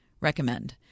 recommend